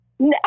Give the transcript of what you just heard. No